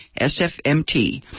sfmt